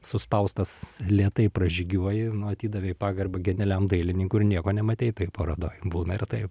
suspaustas lėtai pražygiuoji nu atidavei pagarbą genialiam dailininkui ir nieko nematei toj parodoj būna ir taip